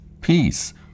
peace